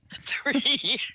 three